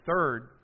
third